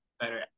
better